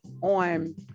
on